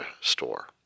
store